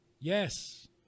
yes